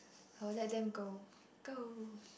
I will let them go go